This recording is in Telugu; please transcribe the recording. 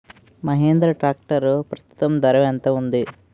మహీంద్రా ట్రాక్టర్ ప్రస్తుతం ఎంత ధర ఉంది?